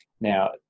Now